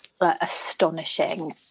astonishing